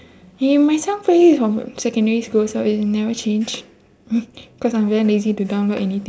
eh my song playlist is from secondary school so it never change cause I'm very lazy to download anything